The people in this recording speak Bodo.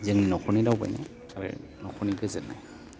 जोंनि न'खरनि दावबायनाय आरो न'खरनि गोजोननाय